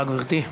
בבקשה, גברתי.